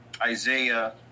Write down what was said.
Isaiah